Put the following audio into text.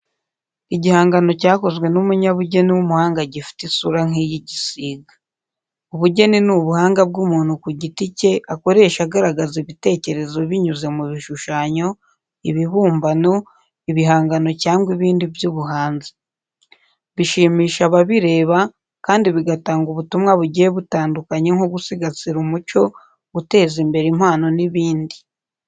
Igihangano cyakozwe n'umunyabugeni w'umuhanga gifite isura nk'iy'igisiga. Ubugeni ni ubuhanga bw'umuntu ku giti cye akoresha agaragaza ibitekerezo binyuze mu bishushanyo, ibibumbano, ibihangano cyangwa ibindi by’ubuhanzi. Bishimisha ababireba kandi bigatanga ubutumwa bugiye butandukanye nko gusigasira umuco, guteza imbere impano n'ibindi.